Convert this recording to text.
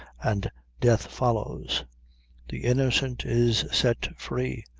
and death follows the innocent is set free,